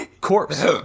corpse